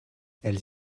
elles